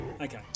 Okay